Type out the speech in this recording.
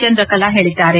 ಚಂದ್ರಕಲಾ ಹೇಳಿದ್ದಾರೆ